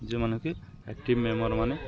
ଯେଉଁମାନେ କିି ଆକ୍ଟିଭ୍ ମେମ୍ବର୍ମାନେ